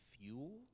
fuel